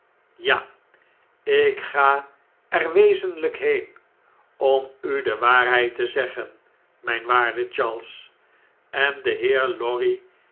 ja ik ga er wezenlyk heen om u de waarheid te zeggen myn waarde charles en de heer lorry